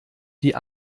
die